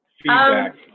feedback